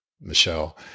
Michelle